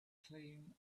clean